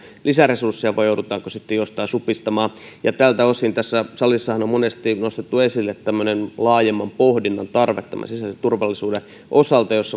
lisäresursseja vai joudutaanko sitten jostain supistamaan tältä osinhan tässä salissa on monesti nostettu esille tämmöinen laajemman pohdinnan tarve tämän sisäisen turvallisuuden osalta siinä